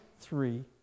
Three